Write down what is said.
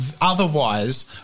Otherwise